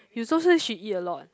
you also say she eat a lot